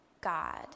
God